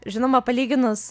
žinoma palyginus